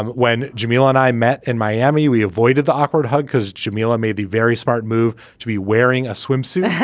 and when jamila and i met in miami, we avoided the awkward hug because jameela made the very smart move to be wearing a swimsuit